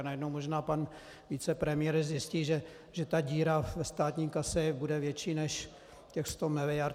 Najednou možná pan vicepremiér zjistí, že díra ve státní kase bude větší než 100 mld.